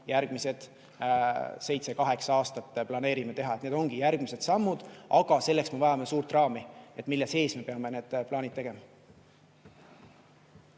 järgmised seitse-kaheksa aastat planeerime teha. Need ongi järgmised sammud, aga selleks me vajame suurt raami, mille sees me peame need plaanid tegema.